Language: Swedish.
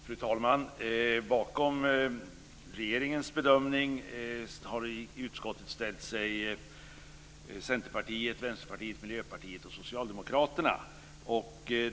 Fru talman! Bakom regeringens bedömning har i utskottet Centerpartiet, Vänsterpartiet, Miljöpartiet och Socialdemokraterna ställt sig.